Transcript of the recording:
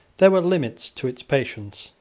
there were limits to its patience.